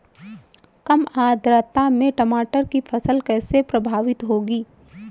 कम आर्द्रता में टमाटर की फसल कैसे प्रभावित होगी?